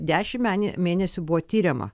dešimt menė mėnesių buvo tiriama